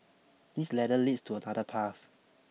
this ladder leads to another path